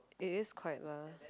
it is quite lah